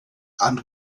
and